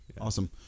Awesome